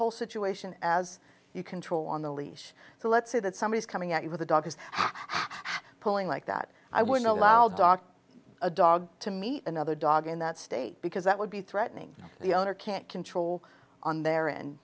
whole situation as you control on the leash so let's say that somebody is coming at you with a dog is how pulling like that i would allow dogs a dog to meet another dog in that state because that would be threatening the owner can't control on their end